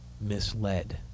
misled